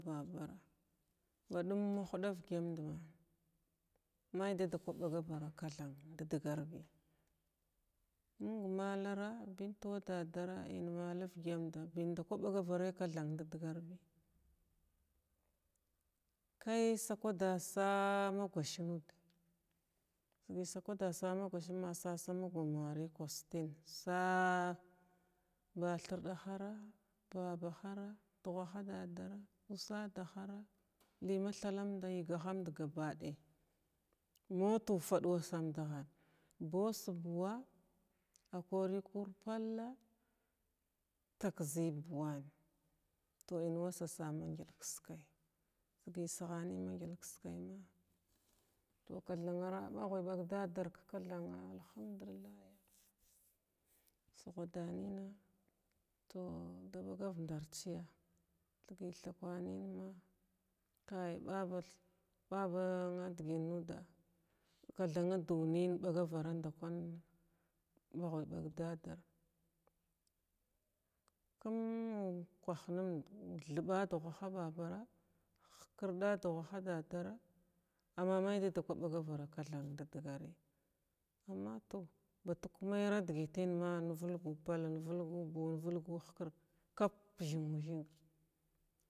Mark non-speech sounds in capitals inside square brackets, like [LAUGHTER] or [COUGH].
Baɗum na huɗa vgyandna may dada kwa bagavara kathan dəlgarbi məng malara binti dadaara in mala uvgyanda bin ndakəy ɓagavara’a kathan nda digarbi kay sakwada say ma goshe nuda siga sakwada say ma gosha sasa ma ngomari astin say a bathiirda hara, babahara duhaha dadaara, usada hara, ləy ma thalamda, iyəgahamd gabaɗay muta ufad wa samdahan bus buuwa a kori kora pala, taxi buuwan tow inwa sas magyəl kiskay siləy siganən ma magyəl kiskay ma tow kathanara baghəw bag adar kathana’a ba alhumdullah sugwa danənna tow da ɓagav ndar chiya thigi-thakuranən ma ka baɓa thir baɓa a dəgan nuda kathana duniya ɓagavara ndakwan ɓag həy ɓag dadaa kum unka munda thɓa duhababara, hkira duhaha dadara amma may dadakwəy ɓagav ra kathan ndədgariibi amma tow mbatak mayra dəgətin ma invəlgu pal, invəlgu buu, invəlgu hkird kep thinu thinga. [UNINTELLIGIBLE]